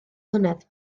mlynedd